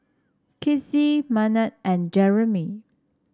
Kizzy Maynard and Jereme